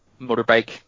motorbike